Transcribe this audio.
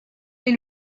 des